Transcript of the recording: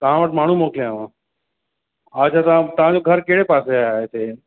तव्हां वटि माण्हू मोकिलियांव अच्छा तव्हां तव्हांजो घरु कहिड़े पासे आहे हिते